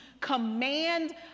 command